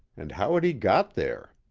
and how had he got there?